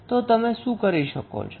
તો તમે શું કરી શકો છો